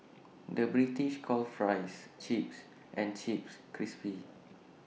the British calls Fries Chips and Chips Crisps